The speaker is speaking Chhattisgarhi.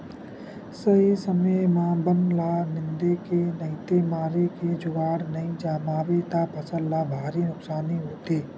सही समे म बन ल निंदे के नइते मारे के जुगाड़ नइ जमाबे त फसल ल भारी नुकसानी होथे